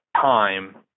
time